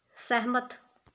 ਸਹਿਮਤ